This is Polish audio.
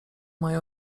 moje